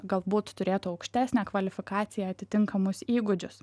galbūt turėtų aukštesnę kvalifikaciją atitinkamus įgūdžius